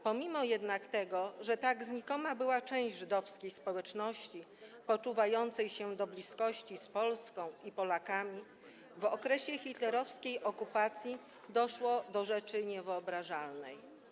Pomimo tego, że tak znikoma część żydowskiej społeczności poczuwała się do bliskości z Polską i Polakami, w okresie hitlerowskiej okupacji doszło do rzeczy niewyobrażalnej.